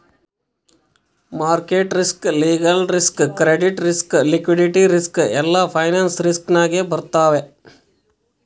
market risk, legal risk, credit risk, liquidity risk ಎಲ್ಲಾ finance risk ನಾಗೆ ಬರ್ತಾವ್